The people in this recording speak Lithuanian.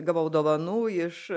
gavau dovanų iš